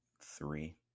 Three